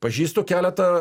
pažįstu keletą